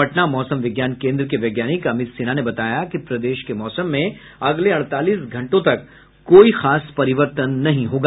पटना मौसम विज्ञान केन्द्र के वैज्ञानिक अमित सिन्हा ने बताया कि प्रदेश के मौसम में अगले अड़तालीस घंटों तक कोई खास परिवर्तन नहीं होगा